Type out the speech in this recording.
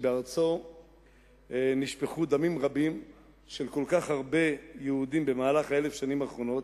שבארצו נשפכו דמים רבים של כל כך הרבה יהודים באלף השנים האחרונות,